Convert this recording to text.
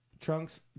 Trunks